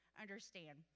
understand